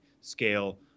scale